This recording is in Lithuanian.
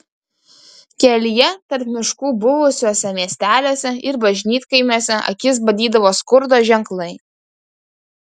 kelyje tarp miškų buvusiuose miesteliuose ir bažnytkaimiuose akis badydavo skurdo ženklai